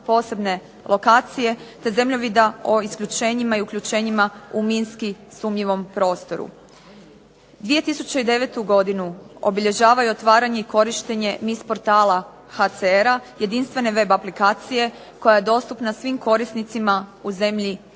posebne lokacije, te zemljovida o uključenima i isključenim u minski sumnjivom prostoru. 2009. godinu obilježavaju otvaranje i korištenje niz portala HCR jedinstvene web aplikacije koja je dostupna svim korisnicima u zemlji i